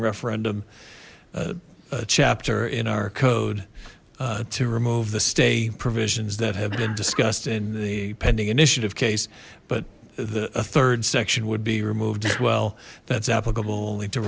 referendum chapter in our code to remove the stay provisions that have been discussed in the pending initiative case but the third section would be removed as well that's applicable